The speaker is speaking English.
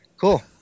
Cool